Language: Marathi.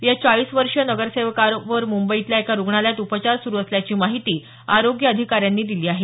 या चाळीस वर्षीय नगरसेवकावर मुंबईतल्या एका रुग्णालयात उपचार सुरू असल्याची माहिती आरोग्य अधिकाऱ्यांनी दिली आहे